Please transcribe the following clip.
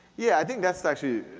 yeah, i think that's actually,